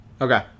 okay